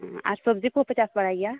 ᱟᱨ ᱥᱚᱵᱽᱡᱤ ᱠᱚᱯᱮ ᱪᱟᱥ ᱵᱟᱲᱟᱭ ᱜᱮᱭᱟ